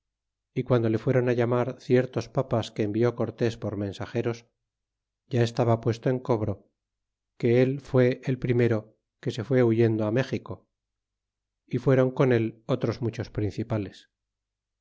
y guando le fueron á llamar ciertos papas que envió cortés por rnensageros ya estaba puesto en cobro que él fué el primero que se fué huyendo á méxico y fueron con él otros muchos principales